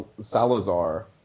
Salazar